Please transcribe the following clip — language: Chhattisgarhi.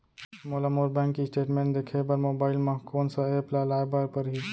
मोला मोर बैंक स्टेटमेंट देखे बर मोबाइल मा कोन सा एप ला लाए बर परही?